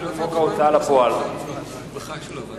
ההוצאה לפועל (תיקון מס' 31). ההצעה להעביר